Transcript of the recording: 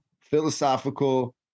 Philosophical